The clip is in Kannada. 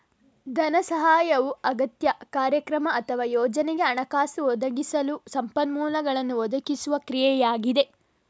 ಧನ ಸಹಾಯವು ಅಗತ್ಯ, ಕಾರ್ಯಕ್ರಮ ಅಥವಾ ಯೋಜನೆಗೆ ಹಣಕಾಸು ಒದಗಿಸಲು ಸಂಪನ್ಮೂಲಗಳನ್ನು ಒದಗಿಸುವ ಕ್ರಿಯೆಯಾಗಿದೆ